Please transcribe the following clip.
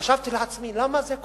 חשבתי לעצמי: למה זה קורה?